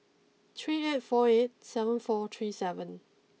three eight four eight seven four three seven